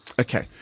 Okay